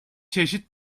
çeşit